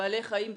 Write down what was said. בעלי חיים בשקיות.